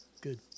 Good